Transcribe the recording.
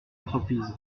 l’entreprise